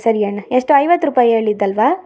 ಸರಿ ಅಣ್ಣ ಎಷ್ಟು ಐವತ್ತು ರೂಪಾಯಿ ಹೇಳಿದ್ದು ಅಲ್ವ